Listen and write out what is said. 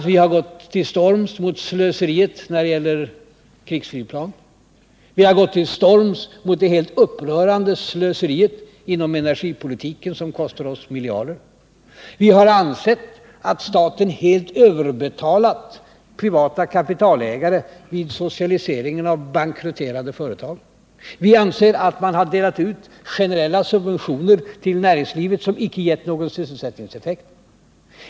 Vi har gått till storms mot slöseriet när det gäller krigsflygplan. Vi har gått till storms mot det helt upprörande slöseriet inom energipolitiken, som kostar oss miljarder. Vi har ansett att staten helt överbetalat privata kapitalägare vid socialiseringen av bankrutterade företag. Vi anser att man delat ut generella subventioner till näringslivet som icke gett någon sysselsättningseffekt.